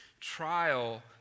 Trial